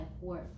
work